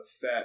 fat